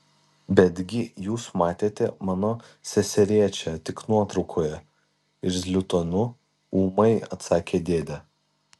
betgi jūs matėte mano seserėčią tik nuotraukoje irzliu tonu ūmai atsakė dėdė